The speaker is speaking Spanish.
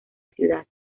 ciudad